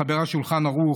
מחבר השולחן ערוך,